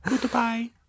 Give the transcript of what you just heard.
Goodbye